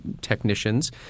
technicians